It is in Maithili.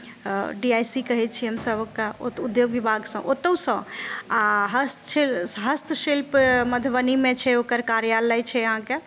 डी आई सी कहै छी हमसभ ओकरा उद्योग विभागसँ ओतौसँ आ हस्त शिल्प मधुबनीमे छै ओकर कार्यालय छै अहाँकेँ